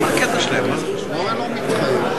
ההצעות האלה הן לא, אנחנו נדון בהן.